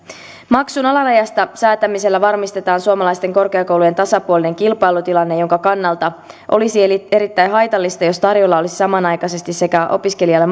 maksun alarajasta säätämisellä varmistetaan suomalaisten korkeakoulujen tasapuolinen kilpailutilanne jonka kannalta olisi erittäin haitallista jos tarjolla olisi saman aikaisesti sekä opiskelijalle